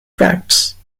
facts